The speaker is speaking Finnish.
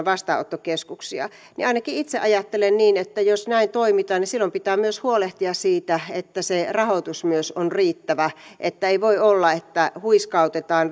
vastaanottokeskuksia ainakin itse ajattelen niin että jos näin toimitaan niin silloin pitää myös huolehtia siitä että se rahoitus myös on riittävä ei voi olla niin että huiskautetaan